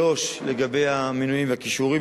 2. לגבי המינויים והכישורים,